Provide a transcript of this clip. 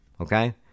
Okay